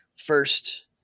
first